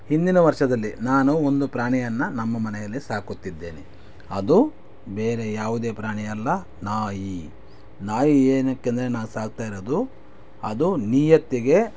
ಹಿಂದಿನ ವರ್ಷದಲ್ಲಿ ನಾನು ಒಂದು ಪ್ರಾಣಿಯನ್ನು ನಮ್ಮ ಮನೆಯಲ್ಲಿ ಸಾಕುತ್ತಿದ್ದೇನೆ ಅದು ಬೇರೆ ಯಾವುದೇ ಪ್ರಾಣಿ ಅಲ್ಲ ನಾಯಿ ನಾಯಿ ಏನಕ್ಕೆಂದರೆ ನಾನು ಸಾಕ್ತಾ ಇರೋದು ಅದು ನಿಯತ್ತಿಗೆ